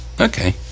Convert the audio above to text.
Okay